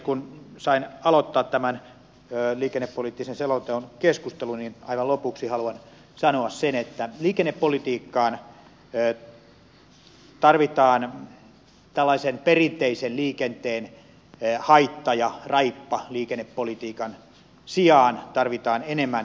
kun sain aloittaa tämän liikennepoliittisen selonteon keskustelun niin aivan lopuksi haluan sanoa sen että liikennepolitiikkaan tarvitaan tällaisen perinteisen liikenteen haitta ja raippa liikennepolitiikan sijaan enemmän